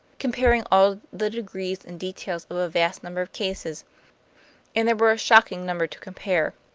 comparing all the degrees and details of a vast number of cases and there were a shocking number to compare.